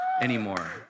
anymore